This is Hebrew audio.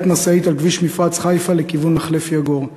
מפגיעת משאית על כביש מפרץ חיפה לכיוון מחלף יגור.